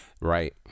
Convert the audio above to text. Right